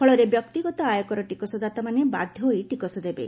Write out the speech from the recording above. ଫଳରେ ବ୍ୟକ୍ତିଗତ ଆୟକର ଟିକସଦାତାମାନେ ବାଧ୍ୟ ହୋଇ ଟିକସ ଦେବେ